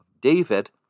David